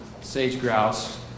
sage-grouse